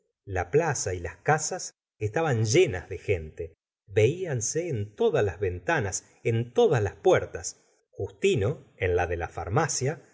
la plaza y las casas estaban llenas de gente velase en todas las ventanas en todas las puertas justino en la de la farmacia